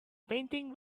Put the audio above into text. painting